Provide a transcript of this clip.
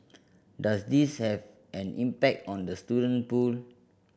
does this have an impact on the student pool